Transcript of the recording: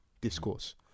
discourse